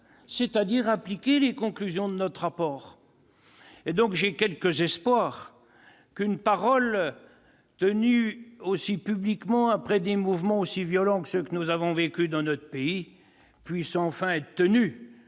c'est-à-dire appliquer les conclusions de notre rapport. J'ai donc quelque espoir qu'une parole tenue ainsi publiquement, après des mouvements aussi violents que ceux que notre pays a vécus, puisse enfin être tenue.